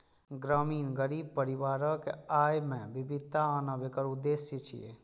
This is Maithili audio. ग्रामीण गरीब परिवारक आय मे विविधता आनब एकर उद्देश्य छियै